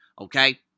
okay